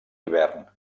hivern